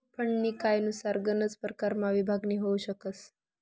फंडनी कायनुसार गनच परकारमा विभागणी होउ शकस